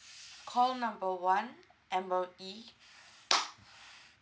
call number one M_O_E